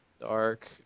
Dark